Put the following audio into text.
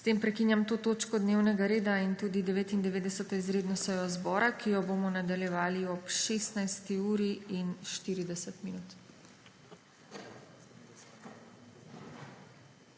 S tem prekinjam to točko dnevnega reda in tudi 99. izredno sejo zbora, ki jo bomo nadaljevali ob 16.40.